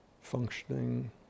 functioning